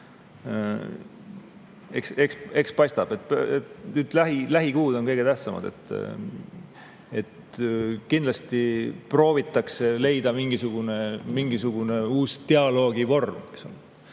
Eks paistab. Lähikuud on kõige tähtsamad. Kindlasti proovitakse leida mingisugune uus dialoogivorm. See on